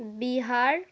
Bihar